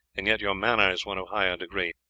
and yet your manner is one of higher degree.